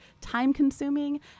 time-consuming